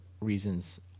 reasons